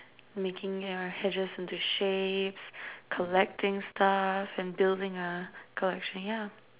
making your hedges into shapes collecting stuff and building a collection yeah